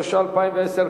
התש"ע 2010,